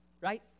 right